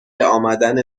امدن